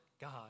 God